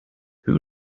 who